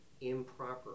improper